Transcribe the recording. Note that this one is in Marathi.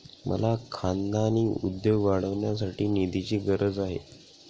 मला खानदानी उद्योग वाढवण्यासाठी निधीची गरज आहे